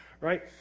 right